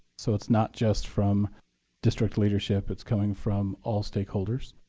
so it's not just from district leadership. it's coming from all stakeholders.